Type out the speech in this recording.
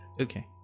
Okay